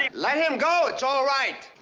let him go! it's all right!